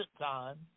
time